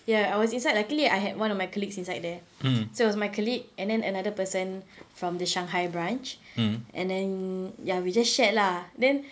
ya I was inside luckily I had one of my colleagues inside there so it was my colleague and then another person from the shanghai branch and then ya we just shared lah then